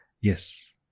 Yes